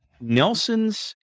Nelson's